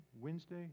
Wednesday